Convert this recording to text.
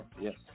yes